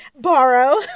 borrow